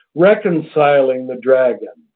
reconciling the dragon,